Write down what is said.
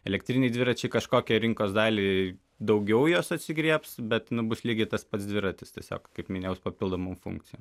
elektriniai dviračiai kažkokią rinkos dalį daugiau jos atsigriebs bet nu bus lygiai tas pats dviratis tiesiog kaip minėjau su papildomom funkcijom